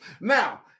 Now